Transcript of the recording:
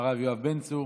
הרב יואב בן צור.